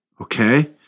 Okay